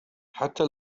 حتى